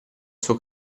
suo